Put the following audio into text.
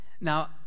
Now